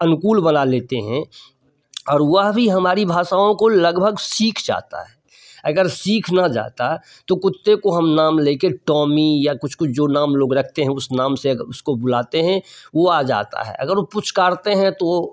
अनुकूल बना लेते हैं और वह भी हमारी भाषाओं को लगभग सीख जाता है अगर सीख न जाता तो कुत्ते को हम नाम ले कर टॉमी या कुछ कुछ जो नाम लोग रखते हैं उस नाम से अगर उसको बुलाते हैं वह आ जाता है अगर उसे पुचकारते हैं तो वह